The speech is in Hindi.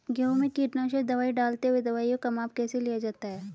गेहूँ में कीटनाशक दवाई डालते हुऐ दवाईयों का माप कैसे लिया जाता है?